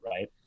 right